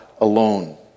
alone